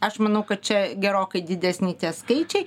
aš manau kad čia gerokai didesni tie skaičiai